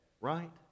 right